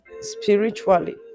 spiritually